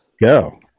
Go